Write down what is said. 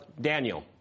Daniel